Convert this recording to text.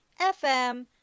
FM